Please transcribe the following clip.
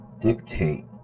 dictate